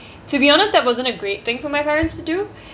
to be honest that wasn't a great thing for my parents to do